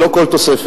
ללא כל תוספת.